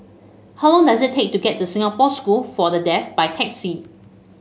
how long does it take to get to Singapore School for the Deaf by taxi